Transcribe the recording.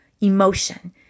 emotion